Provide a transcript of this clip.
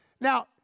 Now